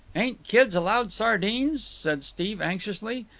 ain't kids allowed sardines? said steve anxiously.